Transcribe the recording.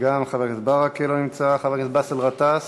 גם חבר הכנסת ברכה לא נמצא, חבר הכנסת באסל גטאס,